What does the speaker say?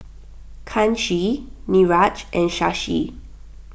Kanshi Niraj and Shashi